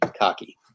Cocky